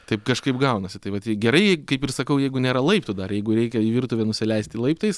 taip kažkaip gaunasi tai vat gerai jei kaip ir sakau jeigu nėra laiptų dar jeigu reikia į virtuvę nusileisti laiptais